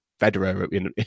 Federer